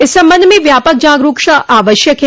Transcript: इस संबंध में व्यापक जागरूकता आवश्यक है